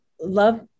love